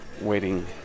waiting